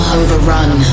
overrun